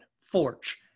forge